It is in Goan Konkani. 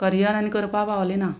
करियर आनी करपा पावलें ना